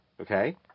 Okay